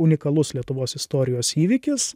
unikalus lietuvos istorijos įvykis